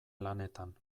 lanetan